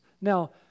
Now